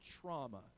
trauma